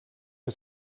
que